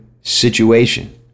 situation